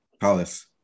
Palace